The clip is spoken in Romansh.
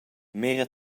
mira